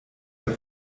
der